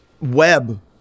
web